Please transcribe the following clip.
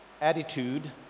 attitude